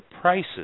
prices